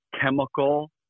chemical